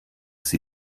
sie